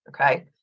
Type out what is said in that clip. okay